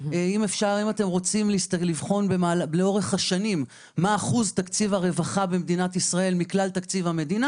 אם רוצים לבחון לאורך השנים מה אחוז תקציב הרווחה מכלל תקציב המדינה,